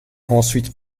ensuite